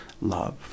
love